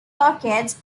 orchids